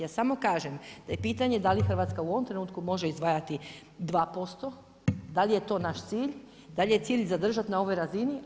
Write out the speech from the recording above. Ja samo kažem da je pitanje da li Hrvatska u ovome trenutku može izdvajati 2%, da li je to naš cilj, da li je cilj zadržati na ovoj razini?